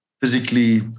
physically